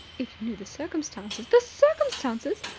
if you knew the circumstances. the circumstances?